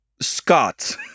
Scott